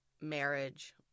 marriage